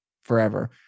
forever